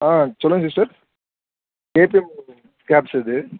ஆ சொல்லுங்கள் sister A two caps இது